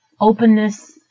openness